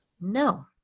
no